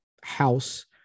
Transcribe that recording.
house